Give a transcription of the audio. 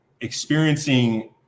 experiencing